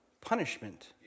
punishment